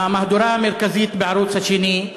במהדורה המרכזית בערוץ השני,